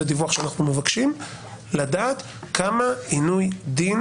זה דיווח שאנחנו מבקשים לדעת כמה עינוי דין